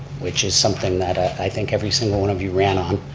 which is something that i think every single one of you ran on.